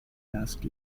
last